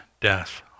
death